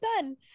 done